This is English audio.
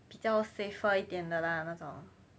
比较 safer 一点的啦那种